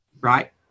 right